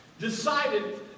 decided